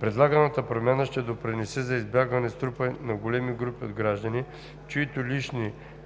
Предлаганата промяна ще допринесе за избягване струпването на големи групи от граждани, чиито лични карти